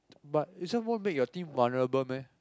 but this one won't make your team vulnerable meh